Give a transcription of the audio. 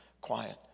quiet